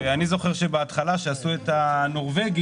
אני זוכר שבהתחלה כשעשו את הנורבגי